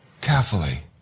carefully